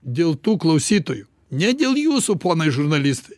dėl tų klausytojų ne dėl jūsų ponai žurnalistai